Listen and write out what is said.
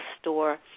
store